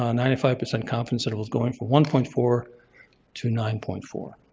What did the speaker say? um ninety five percent confidence intervals going from one point four to nine point four.